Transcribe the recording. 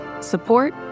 support